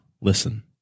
listen